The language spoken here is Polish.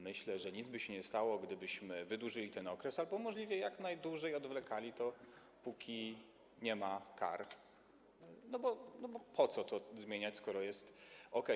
Myślę, że nic by się nie stało, gdybyśmy wydłużyli ten okres albo możliwie jak najdłużej odwlekali to, póki nie ma kar, bo po co to zmieniać, skoro jest okej.